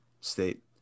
state